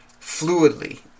fluidly